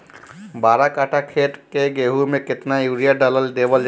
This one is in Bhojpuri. बारह कट्ठा खेत के गेहूं में केतना यूरिया देवल जा?